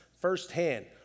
firsthand